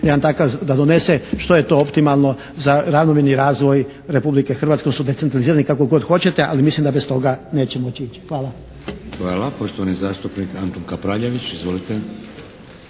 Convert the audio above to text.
da donese što je to optimalno za ravnomjerni razvoj Republike Hrvatske odnosno decentralizirani, kako god hoćete ali mislim da bez toga neće moći ići. Hvala. **Šeks, Vladimir (HDZ)** Hvala. Poštovani zastupnik Antun Kapraljević, izvolite.